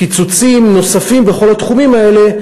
קיצוצים נוספים בכל התחומים האלה,